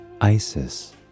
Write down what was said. Isis